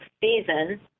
season